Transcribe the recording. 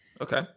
Okay